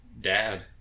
dad